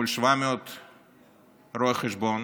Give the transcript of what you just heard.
מול 700 רואי חשבון.